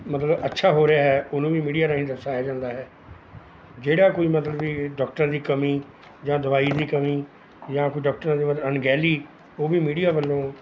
ਮਤਲਬ ਅੱਛਾ ਹੋ ਰਿਹਾ ਉਹਨੂੰ ਵੀ ਮੀਡੀਆ ਰਾਹੀਂ ਦਰਸਾਇਆ ਜਾਂਦਾ ਹੈ ਜਿਹੜਾ ਕੋਈ ਮਤਲਬ ਕਿ ਡਾਕਟਰ ਦੀ ਕਮੀ ਜਾਂ ਦਵਾਈ ਦੀ ਕਮੀ ਜਾਂ ਕੋਈ ਡਾਕਟਰਾਂ ਦੇ ਅਣਗੈਲੀ ਉਹ ਵੀ ਮੀਡੀਆ ਵੱਲੋਂ